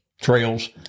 trails